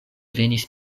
venis